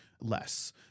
less